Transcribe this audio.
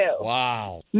Wow